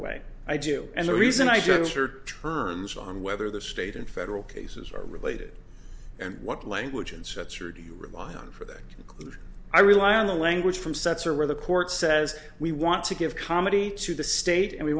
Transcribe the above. way i do and the reason i just heard terms on whether the state and federal cases are related and what language and sets or do you rely on for that i rely on the language from sets or where the court says we want to give comedy to the state and we